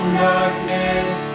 darkness